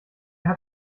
hat